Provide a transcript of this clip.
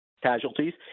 Casualties